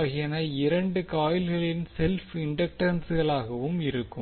ஆகியன இரண்டு காயில்களின் செல்ப் இண்டக்டன்ஸ்களாக இருக்கும்